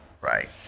right